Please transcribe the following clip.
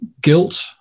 guilt